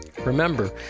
Remember